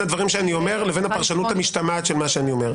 הדברים שאני אומר לבין הפרשנות המשתמעת של מה שאני אומר.